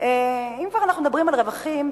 אם כבר אנחנו מדברים על רווחים,